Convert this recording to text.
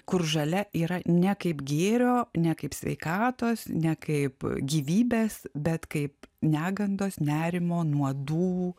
kur žalia yra ne kaip gėrio ne kaip sveikatos ne kaip gyvybės bet kaip negandos nerimo nuodų